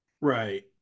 right